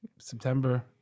September